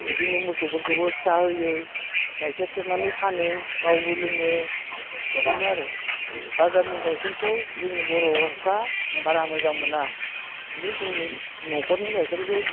बिदिनो मोसौफोरखौबो फिसा होयो गायखेर सेरनानै फानो गावबो लोङो बिदिनो आरो बाजारनि गायखेरखौ जोंनि बर'फ्रा बारा मोजां मोना बिदिनो जोंनो न'खरनि गायखेरखौ